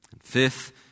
Fifth